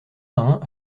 marin